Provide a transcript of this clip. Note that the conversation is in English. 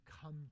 come